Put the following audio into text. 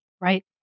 right